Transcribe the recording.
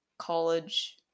college